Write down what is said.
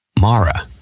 Mara